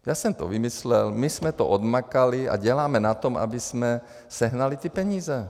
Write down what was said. Já jsem to vymyslel, my jsme to odmakali a děláme na tom, abychom sehnali ty peníze.